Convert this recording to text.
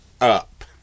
up